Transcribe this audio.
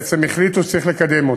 בעצם החליטו שצריך לקדם אותו,